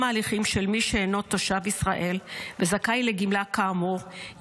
ההליכים של מי שאינו תושב ישראל וזכאי לגמלה כאמור,